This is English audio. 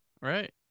Right